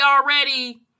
already